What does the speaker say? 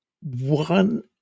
One